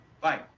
bye